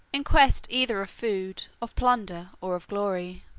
in quest either of food, of plunder, or of glory.